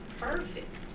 perfect